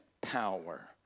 power